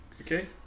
Okay